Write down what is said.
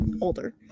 older